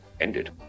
ended